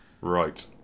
Right